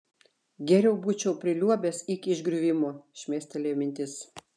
geriau būčiau priliuobęs iki išgriuvimo šmėstelėjo mintis